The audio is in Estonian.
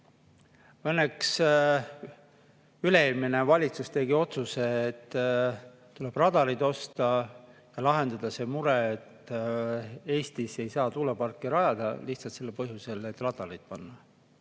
Õnneks üle-eelmine valitsus tegi otsuse, et tuleb radarid osta ja lahendada see mure, et Eestis ei saa tuuleparke rajada lihtsalt sellel põhjusel, et radarid tuleb